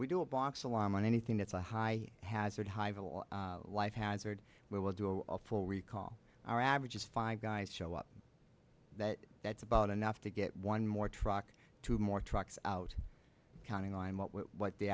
we do a box alarm on anything that's a high hazard high level life hazard we'll do a full recall our average is five guys show up that that's about enough to get one more truck two more trucks out counting on what we're what the